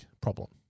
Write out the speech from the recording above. problem